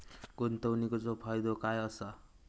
गुंतवणीचो फायदो काय असा?